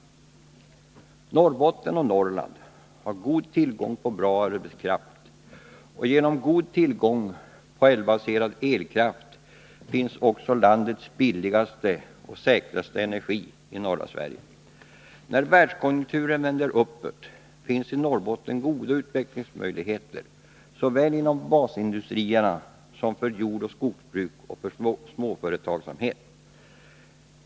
Norrbotten och Norrland har gott om bra arbetskraft. Genom god tillgång på älvbaserad elkraft finns också landets billigaste och säkraste energi i norra Sverige. När världskonjunkturen vänder uppåt finns i Norrbotten goda utvecklingsmöjligheter såväl inom basindustrierna som för jordoch skogsbruk och för småföretagsamhet.